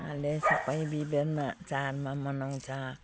सबै विभिन्न चाडमा मनाउँछ